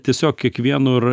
tiesiog kiekvienur